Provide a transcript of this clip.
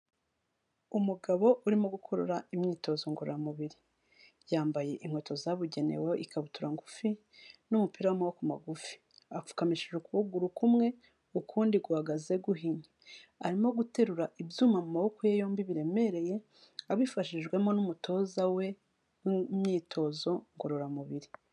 Umugabo urimo gukurura imyitozo ngororamubiri yambaye inkweto zabugenewe ikabutura ngufi n'umupira w'amaboko magufi apfukamishije ukuguru kumwe ukundi guhagaze guhinye arimo guterura ibyuma mu maboko yombi biremereye abifashijwemo n'umutoza we w'imyitozo ngororamubiri.